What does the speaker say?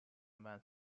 one